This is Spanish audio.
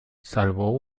salvo